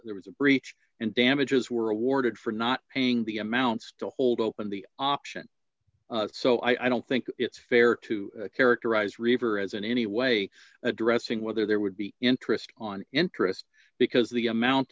there was a breach and damages were awarded for not paying the amounts to hold open the option so i don't think it's fair to characterize river as in any way addressing whether there would be interest on interest because the amount